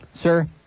Sir